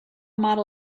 model